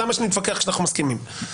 למה שנתווכח כשאנחנו מסכימים?